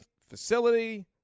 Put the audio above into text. Facility